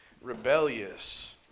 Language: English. rebellious